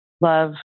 love